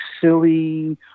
silly